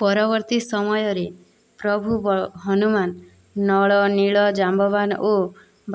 ପରବର୍ତ୍ତୀ ସମୟରେ ପ୍ରଭୁ ହନୁମାନ ନଳ ନୀଳ ଜାମ୍ବବାନ ଓ